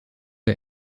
der